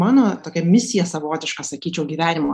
mano tokią misija savotiška sakyčiau gyvenimo